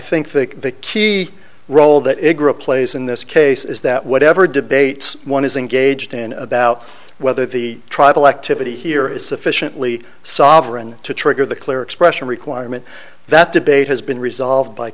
think the key role that it plays in this case is that whatever debates one is engaged in about whether the tribal activity here is sufficiently sovereign to trigger the clear expression requirement that debate has been resolved by